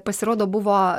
pasirodo buvo